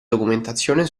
documentazione